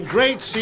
Great